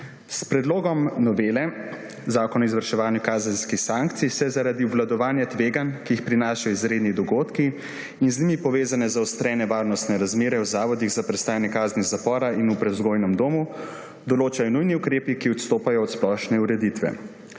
S predlogom novele Zakona o izvrševanju kazenskih sankcij se zaradi obvladovanja tveganj, ki jih prinašajo izredni dogodki in z njimi povezane zaostrene varnostne razmere v zavodih za prestajanje kazni zapora in v prevzgojnem domu, določajo nujni ukrepi, ki odstopajo od splošne ureditve.